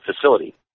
facility